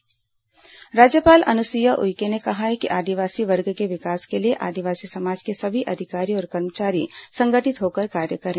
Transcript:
राज्यपाल प्रतिनिधिमंडल मुलाकात राज्यपाल अनुसुईया उइके ने कहा है कि आदिवासी वर्ग के विकास के लिए आदिवासी समाज के सभी अधिकारी और कर्मचारी संगठित होकर कार्य करें